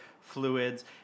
fluids